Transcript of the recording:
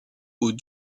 aux